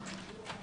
נכון.